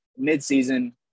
midseason